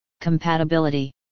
Compatibility